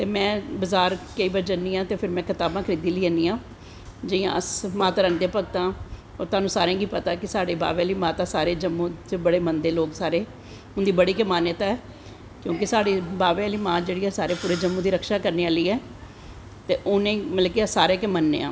ते में बज़ार केंई बारी जन्नी आं ते में कताबां खरीदियै लेई आनी आं जियां अस माता रानी दे भक्त आं तोआनू सारें गी पता ऐ कि बाह्वे आह्ली माता साढ़े जम्मू च बड़े मनदे लोग सारे उंदी बड़ी गै मान्यता ऐ क्योंकि साढ़ी जेह्ड़ा बाह्वे आह्ली मां जेह्ड़ी सारे जम्मू दी रक्षा करनें आह्ली ऐ ते उनेंगी अस मतलव कि सारे गै मन्नेंन आं